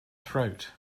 throat